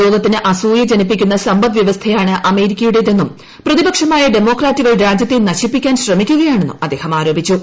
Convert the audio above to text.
ലോകത്തിന് അസൂയ ജനിപ്പിക്കുന്ന സമ്പദ്വ്യവസ്ഥയാണ് അമേരിക്കയുടേതെന്നും പ്രതിപക്ഷമായ ഡെമോക്രാറ്റുകൾ രാജ്യത്തെ നശിപ്പിക്കാൻ ശ്രമിക്കുകയാണെന്നും അദ്ദേഹം ആരോപിച്ചു